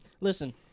Listen